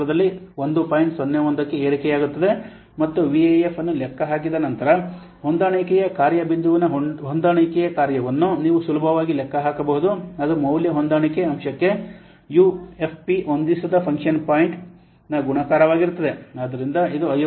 01 ಕ್ಕೆ ಏರಿಕೆಯಾಗುತ್ತದೆ ಮತ್ತು ವಿಎಎಫ್ ಅನ್ನು ಲೆಕ್ಕಹಾಕಿದ ನಂತರ ಹೊಂದಾಣಿಕೆಯ ಕಾರ್ಯ ಬಿಂದುವಿನ ಹೊಂದಾಣಿಕೆಯ ಕಾರ್ಯವನ್ನು ನೀವು ಸುಲಭವಾಗಿ ಲೆಕ್ಕ ಹಾಕಬಹುದು ಅದು ಮೌಲ್ಯ ಹೊಂದಾಣಿಕೆ ಅಂಶಕ್ಕೆ ಯುಎಫ್ಪಿ ಹೊಂದಿಸದ ಫಂಕ್ಷನ್ ಪಾಯಿಂಟ್ನ ಗುಣಾಕಾರವಾಗಿರುತ್ತದೆ ಆದ್ದರಿಂದ ಇದು 55